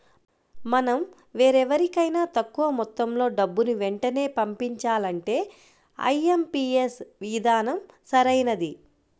మనం వేరెవరికైనా తక్కువ మొత్తంలో డబ్బుని వెంటనే పంపించాలంటే ఐ.ఎం.పీ.యస్ విధానం సరైనది